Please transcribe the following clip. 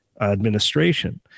administration